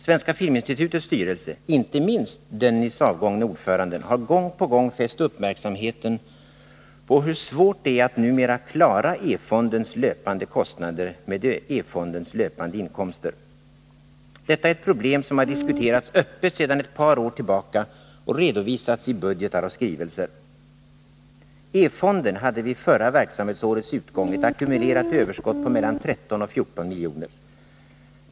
Svenska filminstitutets styrelse, inte minst den nyss avgångne ordföranden, har gång på gång fäst uppmärksamheten på hur svårt det numera är att klara E-fondens löpande kostnader med E-fondens löpande inkomster. Detta är ett problem som har diskuterats öppet sedan ett par år tillbaka och redovisats i budgetar och skrivelser. E-fonden hade vid förra verksamhetsårets utgång ett ackumulerat överskott på mellan 13 och 14 milj.kr.